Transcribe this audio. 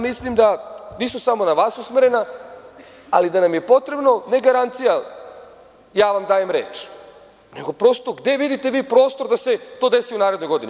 Mislim da ona nisu samo na vas usmerena, ali da nam je potrebno, ne garancija – ja vam dajem reč, nego prosto gde vi vidite prostor da se to desi u narednoj godini.